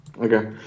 Okay